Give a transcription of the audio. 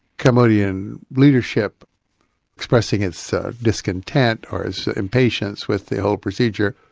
cambodian leadership expressing its discontent, or its impatience with the whole procedure.